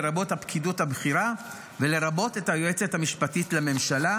לרבות הפקידות הבכירה ולרבות היועצת המשפטית לממשלה,